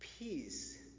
Peace